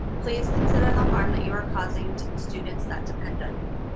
please consider the harm that you're causing to the students that depend on you.